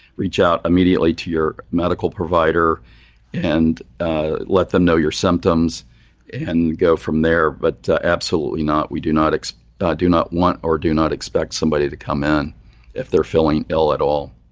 reach out immediately to your medical provider and ah let them know your symptoms and go from there. but absolutely not, we do not do not want or do not expect somebody to come in if they're feeling ill at all.